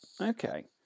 Okay